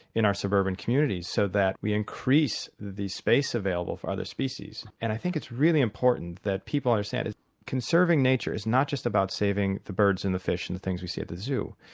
in our suburban communities so that we increase the space available for other species. and i think it's really important that people understand that conserving nature is not just about saving the birds and the fish and the things we see at the zoo.